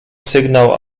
sygnał